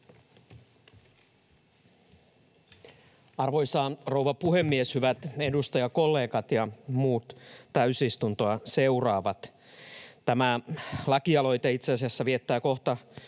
Arvoisa rouva puhemies! Hyvät edustajakollegat ja muut täysistuntoa seuraavat! Tämä lakialoite itse asiassa viettää kohta